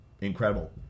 incredible